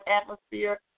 atmosphere